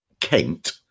Kent